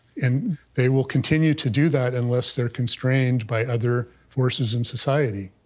and they will continue to do that unless they're constrained by other forces in society.